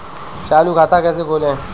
चालू खाता कैसे खोलें?